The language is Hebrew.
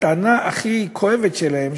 הטענה הכי כואבת שלהם,